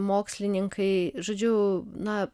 mokslininkai žodžiu na